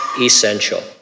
essential